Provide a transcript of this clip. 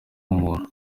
umuntu